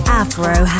afro